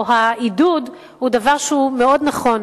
או העידוד, זה דבר שהוא מאוד נכון,